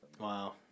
Wow